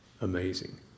amazing